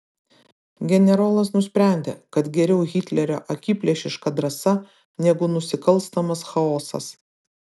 generolas nusprendė kad geriau hitlerio akiplėšiška drąsa negu nusikalstamas chaosas